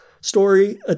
story